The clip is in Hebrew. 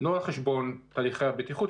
לא על חשבון תהליכי הבטיחות,